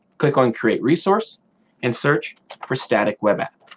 click on create resource and search for static web app.